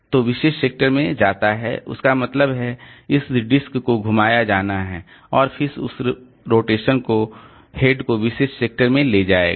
तो विशेष सेक्टर में जाता है इसका मतलब है कि इस डिस्क को घुमाया जाना है और फिर उस रोटेशन को हेड को विशेष सेक्टर में ले जाएगा